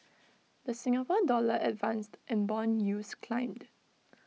the Singapore dollar advanced and Bond yields climbed